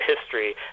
history